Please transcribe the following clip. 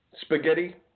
Spaghetti